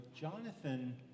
Jonathan